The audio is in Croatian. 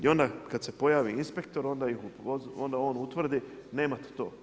I onda kad se pojavi inspektor, onda on utvrdi nemate to.